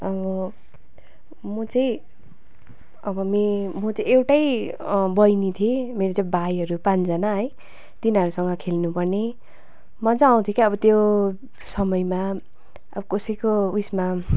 अब म चाहिँ अब मे म चाहिँ एउटै बहिनी थिएँ मेरो चाहिँ भाइहरू पाँचजना है तिनीहरूसँग खेल्नुपर्ने मजा आउँथ्यो क्या अब त्यो समयमा अब कसैको उसमा